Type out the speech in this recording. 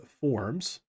forms